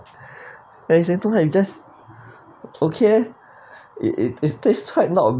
and it's like it's just okay eh it it it tastes quite not